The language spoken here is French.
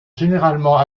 généralement